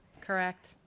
Correct